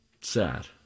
sad